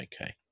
Okay